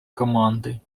команди